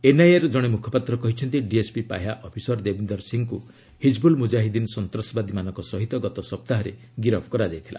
ଏନ୍ଆଇଏର ଜଣେ ମୁଖପାତ୍ର କହିଛନ୍ତି ଡିଏସ୍ପି ପାହ୍ୟା ଅଫିସର ଦେବୀନ୍ଦର ସିଂହଙ୍କୁ ହିଜିବୁଲ୍ ମୁଜାହିଦ୍ଦିନ୍ ସନ୍ତାସବାଦୀମାନଙ୍କ ସହିତ ଗତ ସପ୍ତାହରେ ଗିରଫ କରାଯାଇଥିଲା